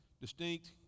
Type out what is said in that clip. distinct